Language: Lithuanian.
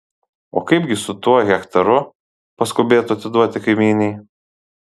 o kaipgi su tuo hektaru paskubėtu atiduoti kaimynei